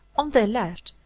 on their left,